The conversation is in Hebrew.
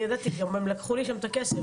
ידעתי, גם הם לקחו לי שם את הכסף,